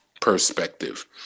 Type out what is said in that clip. perspective